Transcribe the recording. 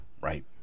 right